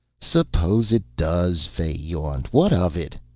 suppose it does? fay yawned. what of it?